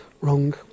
wrong